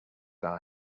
our